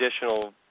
additional